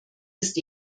ist